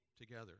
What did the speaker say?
together